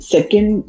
Second